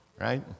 right